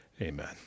Amen